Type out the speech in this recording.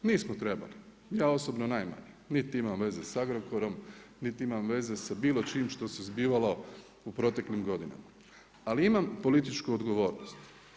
Nismo trebali, ja osobno najmanje niti imam veze sa Agrokorom, niti imam veze sa bilo čim što se zbivalo u proteklim godinama ali imam političku odgovornost.